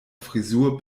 frisur